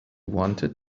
wanted